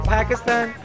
Pakistan